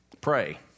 pray